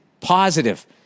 positive